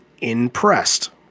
impressed